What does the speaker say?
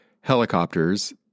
helicopters